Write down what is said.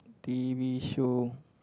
t_v show